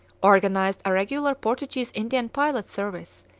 organised a regular portuguese indian pilot service,